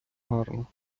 гарна